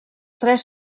tres